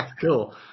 cool